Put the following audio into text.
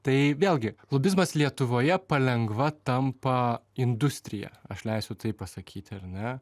tai vėlgi lobizmas lietuvoje palengva tampa industrija aš leisiu taip pasakyti ar ne